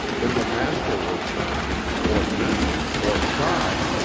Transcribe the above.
if a master were kind, or gentle, or shy,